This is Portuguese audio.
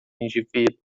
indivíduo